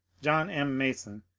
john m. mason,